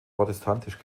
protestantisch